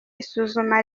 isuzuma